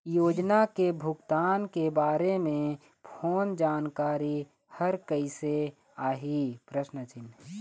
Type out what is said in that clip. योजना के भुगतान के बारे मे फोन जानकारी हर कइसे आही?